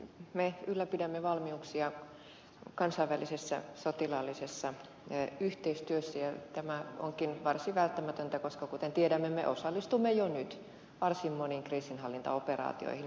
me ylläpidämme valmiuksia kansainvälisessä sotilaallisessa yhteistyössä ja tämä onkin varsin välttämätöntä koska kuten tiedämme me osallistumme jo nyt varsin moniin kriisinhallintaoperaatioihin